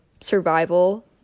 survival